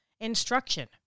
instruction